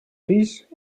fills